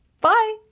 Bye